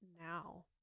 now